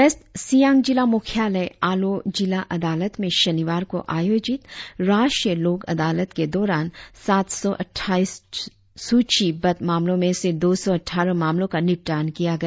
waste Siang जिला मुख्यालय आलो जिला अदालत में शनिवार को आयोजित राष्ट्रीय लोक अदालत के दौरान सात सौ अटठाईस सुचीबद्ध मामलों में से दो सौ अटठारह मामलों का निपटान किया गया